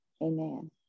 amen